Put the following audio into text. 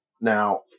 Now